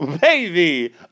baby